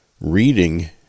reading